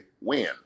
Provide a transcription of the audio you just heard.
win